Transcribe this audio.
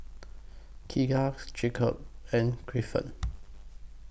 Keegans Jacob and Griffin